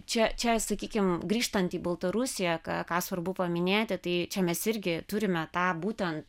čia čia sakykim grįžtant į baltarusiją ką svarbu paminėti tai čia mes irgi turime tą būtent